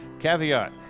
Caveat